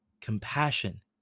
Compassion